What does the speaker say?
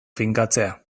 finkatzea